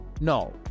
No